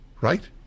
Right